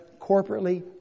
corporately